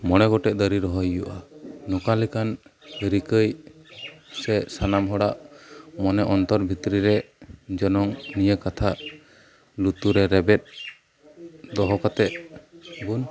ᱢᱚᱬᱮ ᱜᱚᱴᱮᱱ ᱫᱟᱨᱮ ᱨᱚᱦᱚᱭ ᱦᱳᱭᱳᱜᱼᱟ ᱱᱚᱠᱟ ᱞᱮᱠᱟᱱ ᱨᱤᱠᱟᱹᱭ ᱥᱮ ᱥᱟᱱᱟᱢ ᱦᱚᱲᱟᱜ ᱢᱚᱱᱮ ᱚᱱᱛᱚᱨ ᱵᱷᱤᱛᱨᱤ ᱨᱮ ᱡᱮᱱᱚ ᱱᱤᱭᱟᱹ ᱠᱟᱛᱷᱟ ᱞᱩᱛᱩᱨ ᱨᱮ ᱨᱮᱵᱮᱫ ᱫᱚᱦᱚ ᱠᱟᱛᱮᱫ ᱵᱚᱱ